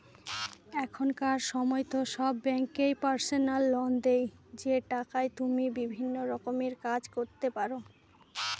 এখনকার সময়তো সব ব্যাঙ্কই পার্সোনাল লোন দেয় যে টাকায় তুমি বিভিন্ন রকমের কাজ করতে পারো